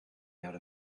out